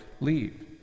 leave